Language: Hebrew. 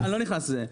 אני לא נכנס לזה.